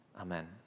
Amen